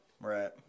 Right